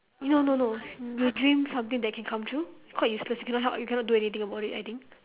no no no you dream something that can come true quite useless you cannot h~ you cannot do anything about it I think